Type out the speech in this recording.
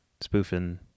spoofing